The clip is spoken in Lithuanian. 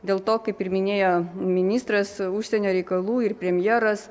dėl to kaip ir minėjo ministras užsienio reikalų ir premjeras